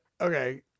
okay